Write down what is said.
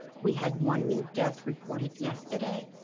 we had one new death reported yesterday.